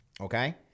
okay